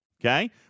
okay